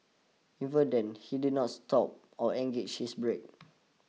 even then he did not stop or engaged his brake